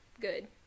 Good